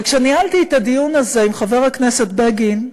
וכשניהלתי את הדיון הזה עם חבר הכנסת בגין,